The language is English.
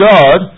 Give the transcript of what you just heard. God